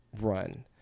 run